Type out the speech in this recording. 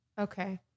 Okay